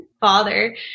father